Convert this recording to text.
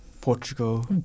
Portugal